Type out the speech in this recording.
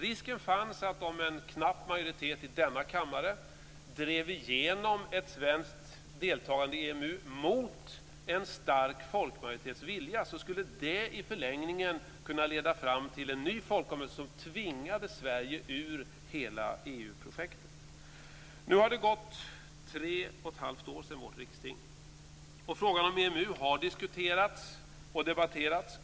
Risken fanns att om en knapp majoritet i denna kammare drev igenom ett svenskt deltagande i EMU mot en stark folkmajoritets vilja skulle det i förlängningen kunna leda fram till en ny folkomröstning som tvingade Sverige ur hela EU-projektet. Nu har det gått tre och ett halvt år sedan vårt riksting. Frågan om EMU har diskuterats och debatterats.